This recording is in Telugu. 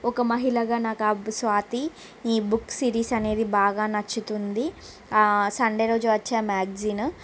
ఒక మహిళగా నాకు ఆ స్వాతి ఈ బుక్స్ సిరీస్ అనేవి బాగా నచ్చుతుంది ఆ సండే రోజు వచ్చి ఆ మ్యాగ్జిన్